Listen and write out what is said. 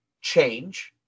change